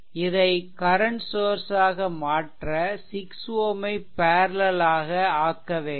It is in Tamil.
இதை கரன்ட் சோர்ஸ் ஆக மாற்ற 6 Ω ஐ பேர்லெல் ஆக்க வேண்டும்